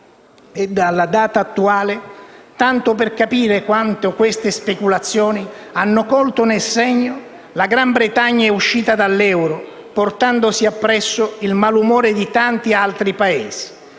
Alla data attuale, tanto per capire quanto queste speculazioni hanno colto nel segno, il Regno Unito è uscito dall'Unione europea, portandosi appresso il malumore di tanti altri Paesi,